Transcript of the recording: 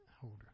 holder